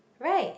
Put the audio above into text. right